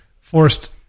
forced